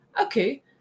Okay